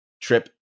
trip